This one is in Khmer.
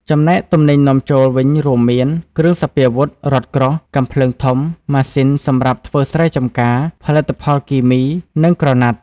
ចំណែកទំនិញនាំចូល វិញរួមមាន គ្រឿងសព្វាវុធ រថក្រោះ កាំភ្លើងធំ ម៉ាស៊ីនសម្រាប់ធ្វើស្រែចម្ការ ផលិតផលគីមី និងក្រណាត់ ។